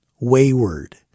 wayward